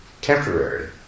temporary